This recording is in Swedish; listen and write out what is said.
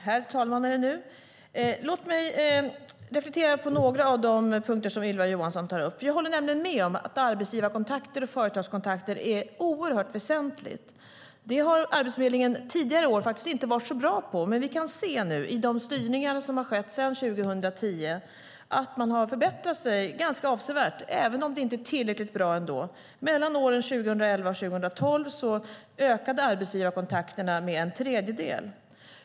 Herr talman! Låt mig reflektera på några av de punkter som Ylva Johansson tar upp. Jag håller nämligen med om att arbetsgivarkontakter och företagskontakter är oerhört väsentliga. Det har Arbetsförmedlingen inte varit så bra på under tidigare år, men vi har kunnat se att man, genom de styrningar som har skett sedan 2010, har förbättrat sig ganska avsevärt även om det inte är tillräckligt bra. Mellan åren 2011 och 2012 ökade arbetsgivarkontakterna med en tredjedel.